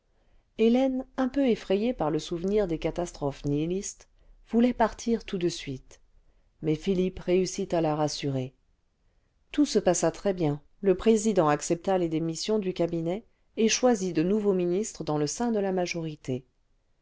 hélène un peu effrayée par le souvenir des catastrophes nihilistes voulait partir tout de suite mais philippe réussit à la rassurer tout se passa très bien le président accepta les démissions du cabinet et choisit de nouveaux ministres dans le sein de la majorité